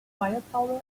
firepower